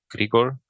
Grigor